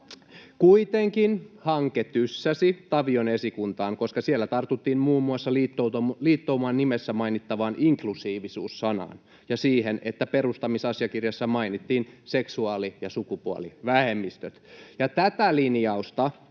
Kuitenkin hanke tyssäsi Tavion esikuntaan, koska siellä tartuttiin muun muassa liittouman nimessä mainittavaan inklusiivisuus-sanaan ja siihen, että perustamisasiakirjassa mainittiin seksuaali- ja sukupuolivähemmistöt. Ja tätä linjausta